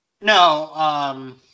No